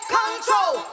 control